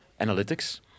analytics